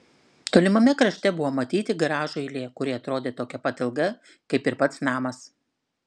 tolimame krašte buvo matyti garažų eilė kuri atrodė tokia pat ilga kaip ir pats namas